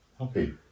happy